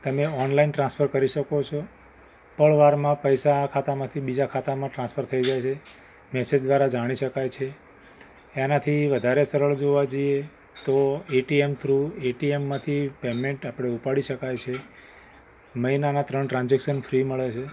તમે online transfer કરી શકો છો પળવારમાં પૈસા આ ખાતામાંથી બીજા ખાતામાં ટ્રાન્સફર થઇ જાય છે મૅસેજ દ્વારા જાણી શકાય છે એનાથી વધારે સરળ જોવા જઈએ A T M through A T એમમાંથી પેમૅન્ટ આપણે ઉપાડી શકાય છે મહિનાનાં ત્રણ ટ્રાન્ઝૅક્શન ફ્રી મળે છે